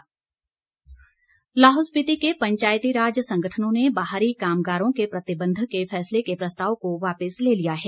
प्रस्ताव लाहौल स्पीति के पंचायती राज संगठनों ने बाहरी कामगारों के प्रतिबंध के फैसले के प्रस्ताव को वापस ले लिया है